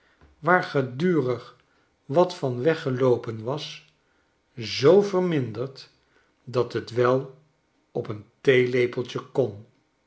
waar gedurig wat van weggeloopen was zoo verminderd dathet wel op een theelepeltje kon